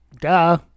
Duh